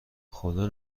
خدا